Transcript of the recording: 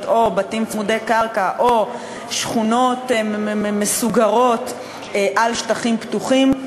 או בתים צמודי קרקע או שכונות מסוגרות על שטחים פתוחים,